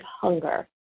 hunger